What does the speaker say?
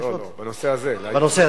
בנושא זה.